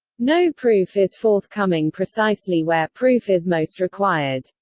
no proof is forthcoming precisely where proof is most required.